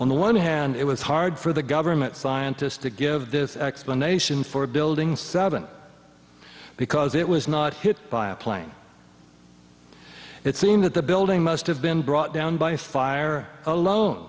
on the one hand it was hard for the government scientist to give this explanation for building seven because it was not hit by a plane it seemed that the building must have been brought down by a fire alone